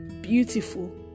beautiful